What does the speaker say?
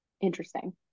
Interesting